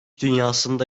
dünyasında